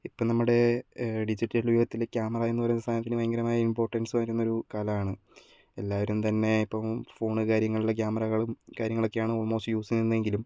ഇപ്പോൾ നമ്മുടെ ഡിജിറ്റൽ യുഗത്തിൽ ക്യാമറ എന്നു പറയുന്ന സാധനത്തിന് ഭയങ്കരമായ ഇമ്പോർട്ടൻസ് വരുന്നൊരു കാലമാണ് എല്ലാവരും തന്നെ ഇപ്പോൾ ഫോൺ കാര്യങ്ങളിലെ ക്യാമറകളും കാര്യങ്ങളുമൊക്കെയാണ് ആൾമോസ്റ്റ് യൂസ് ചെയ്യുന്നതെങ്കിലും